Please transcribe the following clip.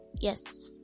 Yes